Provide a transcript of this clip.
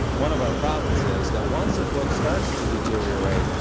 one of our problems is that once a book starts to deteriorate,